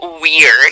weird